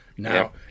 Now